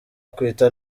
akwita